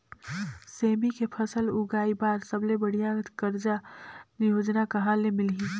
सेमी के फसल उगाई बार सबले बढ़िया कर्जा योजना कहा ले मिलही?